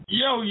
yo